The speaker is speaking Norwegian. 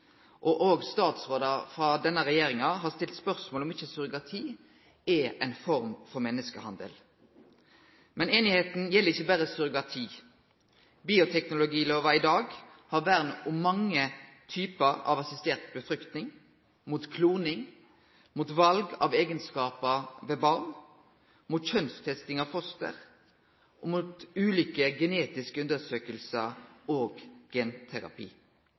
og statsrådar frå denne regjeringa har òg stilt spørsmål ved om ikkje surrogati er ei form for menneskehandel. Men einigheita gjeld ikkje berre surrogati. Bioteknologilova i dag har vern om mange typar av assistert befruktning, mot kloning, mot val av eigenskapar ved barn, mot kjønnstesting av foster, mot ulike genetiske undersøkingar og genterapi.